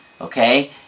okay